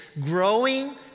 Growing